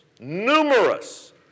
numerous